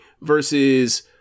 versus